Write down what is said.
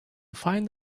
find